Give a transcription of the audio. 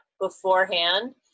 beforehand